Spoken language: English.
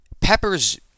Peppers